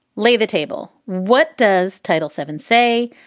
lay the table. what does title seven say?